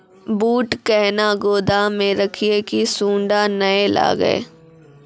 बूट कहना गोदाम मे रखिए की सुंडा नए लागे?